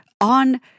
on